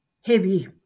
heavy